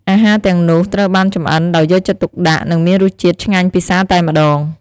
អាហារទាំងនោះ ត្រូវបានចម្អិនដោយយកចិត្តទុកដាក់ និងមានរសជាតិឆ្ងាញ់ពិសារតែម្ដង។